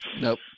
Nope